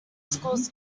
schools